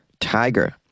tiger